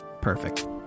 Perfect